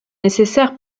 nécessaire